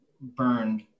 burned